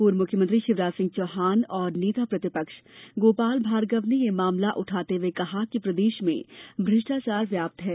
पूर्व मुख्यमंत्री शिवराज सिंह चौहान और नेता प्रतिपक्ष गोपाल भार्गव ने यह मामला उठाते हये कहा कि प्रदेश में भ्रष्टाचार व्याप्त है